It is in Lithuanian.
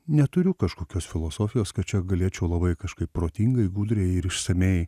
neturiu kažkokios filosofijos kad čia galėčiau labai kažkaip protingai gudriai ir išsamiai